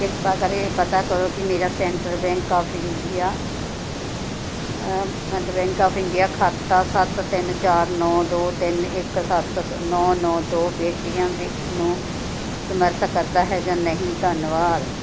ਕਿਰਪਾ ਕਰਕੇ ਪਤਾ ਕਰੋ ਕਿ ਮੇਰਾ Central Bank of India Central Bank of India ਖਾਤਾ ਸੱਤ ਤਿੰਨ ਚਾਰ ਨੌਂ ਦੋ ਤਿੰਨ ਇੱਕ ਸੱਤ ਨੌਂ ਨੌਂ ਦੋ ਪੇਟੀਐੱਮ ਨੂੰ ਸਮਰਥ ਕਰਦਾ ਹੈ ਜਾਂ ਨਹੀਂ ਧੰਨਵਾਦ